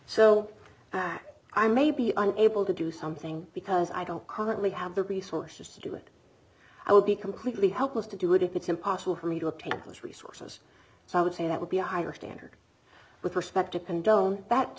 that i may be able to do something because i don't currently have the resources to do it i would be completely helpless to do it if it's impossible for me to obtain those resources so i would say that would be a higher standard with respect to condone that